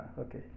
Okay